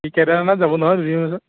সি কেদাৰনাথ যাব নহয় দুদিন পিছত